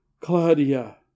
Claudia